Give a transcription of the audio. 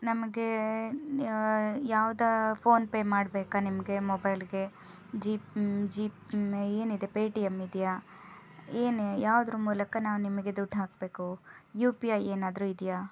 ನಮಗೆ ಯಾವ್ದಾ ಫೋನ್ಪೇ ಮಾಡಬೇಕಾ ನಿಮಗೆ ಮೊಬೈಲ್ಗೆ ಏನಿದೆ ಪೇಟಿಯಮ್ ಇದೆಯಾ ಏನು ಯಾವುದ್ರ ಮೂಲಕ ನಾವು ನಿಮಗೆ ದುಡ್ಡು ಹಾಕಬೇಕು ಯು ಪಿ ಐ ಏನಾದರೂ ಇದೆಯಾ